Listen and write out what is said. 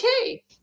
okay